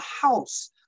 house